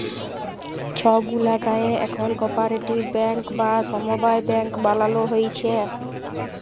ছব গুলা গায়েঁ এখল কপারেটিভ ব্যাংক বা সমবায় ব্যাংক বালালো হ্যয়েছে